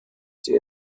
sie